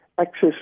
access